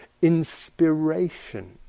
Inspiration